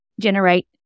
generate